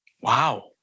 Wow